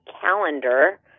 calendar